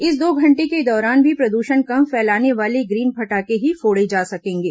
इस दो घंटे के दौरान भी प्रदूषण कम फैलाने वाले ग्रीन फटाखे ही फोड़े जा सकेंगे